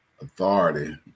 authority